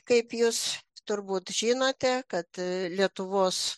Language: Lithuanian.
kaip jūs turbūt žinote kad lietuvos